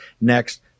next